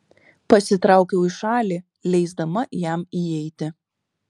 pasitraukiau į šalį leisdama jam įeiti